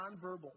nonverbal